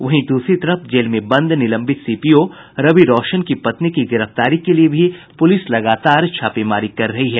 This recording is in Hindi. वहीं दूसरी तरफ जेल में बंद निलंबित सीपीओ रवि रौशन की पत्नी की गिरफ्तारी के लिये भी पुलिस छापेमारी कर रही है